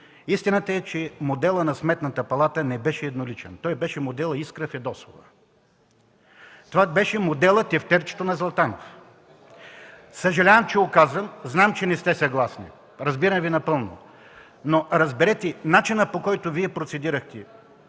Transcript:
истината е, че моделът на Сметната палата не беше едноличен, той беше модел „Искра Фидосова”. Това беше моделът „тефтерчето на Златанов”. Съжалявам, че го казвам. Знам, че не сте съгласни. Разбирам Ви напълно. Но, разберете, начинът, по който Вие процедирахте,